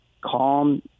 calm